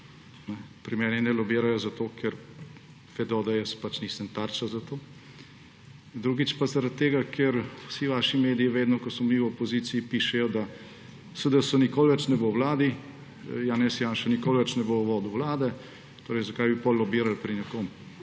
Pri meni ne lobirajo zato, ker vedo, da jaz nisem tarča za to. Drugič pa zaradi tega, ker vsi vaši mediji vedno, ko smo mi v opoziciji, pišejo, da SDS nikoli več ne bo v vladi, Janez Janša nikoli več ne bo vodil vlade. Zakaj bi potem lobirali pri nekom,